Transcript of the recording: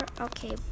Okay